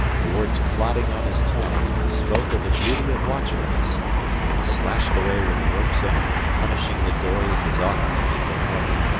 the words clotting on his tongue, spoke of the beauty of watchfulness and slashed away with the rope's end, punishing the dories as often as he hit harvey.